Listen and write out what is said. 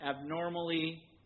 abnormally